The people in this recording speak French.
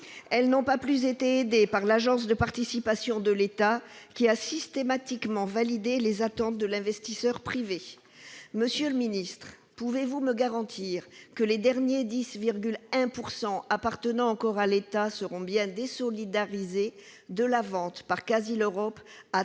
Elles n'ont pas été aidées par l'Agence des participations de l'État, qui a systématiquement validé les demandes de l'investisseur privé. Monsieur le ministre, pouvez-vous me garantir que les derniers 10,1 % des parts appartenant encore à l'État seront bien désolidarisés de la vente par Casil Europe